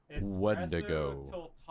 Wendigo